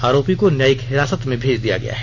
आरोपी को न्यायिक हिरासत में भेज दिया गया है